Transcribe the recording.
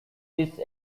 these